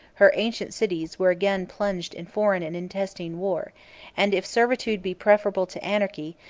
her ancient cities were again plunged in foreign and intestine war and, if servitude be preferable to anarchy,